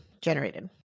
generated